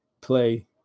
play